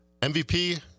MVP –